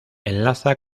enlaza